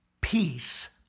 Peace